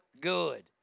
good